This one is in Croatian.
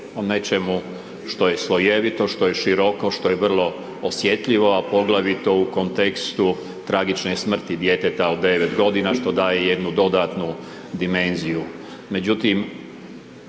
nečemu što je slojevito, što je široko, što je vrlo osjetljivo, a poglavito u kontekstu tragične smrti djeteta od 9 godina, što daje jednu dodatnu dimenziju.